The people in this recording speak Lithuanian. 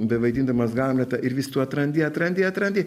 bevaidindamas hamletą ir vis tu atrandi atrandi atrandi